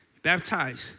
Baptized